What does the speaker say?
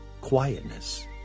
quietness